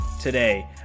today